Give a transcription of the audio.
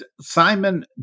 Simon